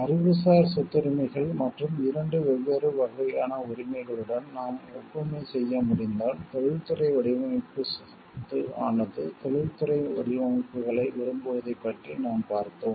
அறிவுசார் சொத்துரிமைகள் மற்றும் 2 வெவ்வேறு வகையான உரிமைகளுடன் நாம் ஒப்புமை செய்ய முடிந்தால் தொழில்துறை வடிவமைப்பு சொத்து ஆனது தொழில்துறை வடிவமைப்புகளை விரும்புவதைப் பற்றி நாம் பார்த்தோம்